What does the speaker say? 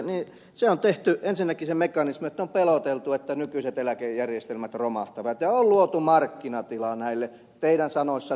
ensinnäkin se mekanismi että on peloteltu että nykyiset eläkejärjestelmät romahtavat ja on luotu markkinatilaa näille teidän sanojen mukaan tuotteille